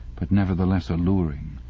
but nevertheless alluring,